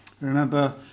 Remember